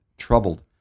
troubled